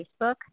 Facebook